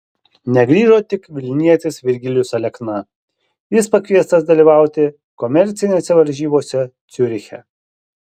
negrįžo tik vilnietis virgilijus alekna jis pakviestas dalyvauti komercinėse varžybose ciuriche